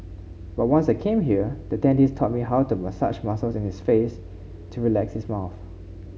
but once I came here the dentist taught me how to massage muscles in his face to relax his mouth